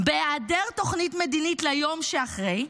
"בהיעדר תוכנית מדינית ליום שאחרי",